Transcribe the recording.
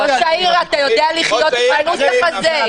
ראש העיר, אתה יודע לחיות עם הנוסח הזה?